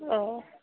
ओ